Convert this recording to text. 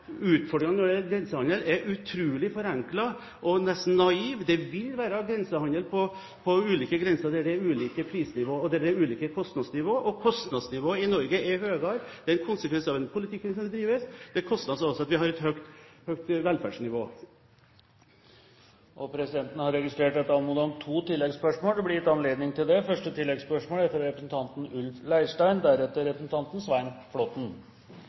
når det gjelder grensehandel, er utrolig forenklet og nesten naiv. Det vil være grensehandel på ulike grenser der det er ulikt prisnivå og ulikt kostnadsnivå. Kostnadsnivået i Norge er høyere. Det er en konsekvens av den politikken som drives, og av at vi har et høyt velferdsnivå. Det blir gitt anledning til to oppfølgingsspørsmål – først Ulf Leirstein. Jeg ønsker å rette mitt oppfølgingsspørsmål til finansministeren. Veldig mye av det